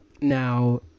Now